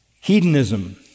hedonism